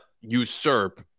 usurp